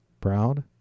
proud